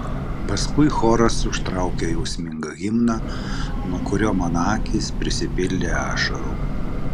paskui choras užtraukė jausmingą himną nuo kurio mano akys prisipildė ašarų